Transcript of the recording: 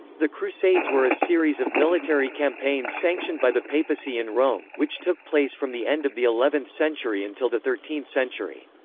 the crusades were a series of military campaigns sanctioned by the papacy in rome, which took place from the end of the eleventh century until the thirteenth century.